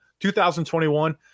2021